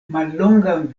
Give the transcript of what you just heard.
mallongan